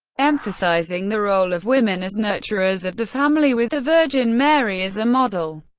emphasizing the role of women as nurturers of the family, with the virgin mary as a model.